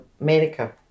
America